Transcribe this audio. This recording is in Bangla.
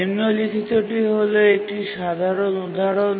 নিম্নলিখিতটি হল একটি সাধারণ উদাহরণ